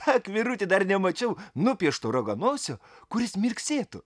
ak vyruti dar nemačiau nupiešto raganosio kuris mirksėtų